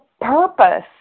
purpose